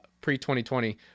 pre-2020